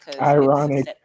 Ironic